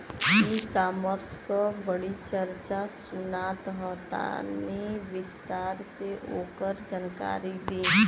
ई कॉमर्स क बड़ी चर्चा सुनात ह तनि विस्तार से ओकर जानकारी दी?